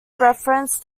referenced